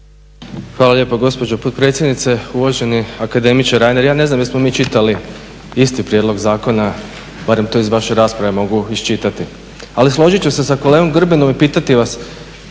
Hvala lijepo gospođo potpredsjednice. Uvaženi akademiče Reiner ja ne znam jesmo mi čitali isti prijedlog zakona, barem to iz vaše rasprave mogu iščitati. Ali složit ću se sa kolegom Grbinom i pitati vas